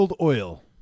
oil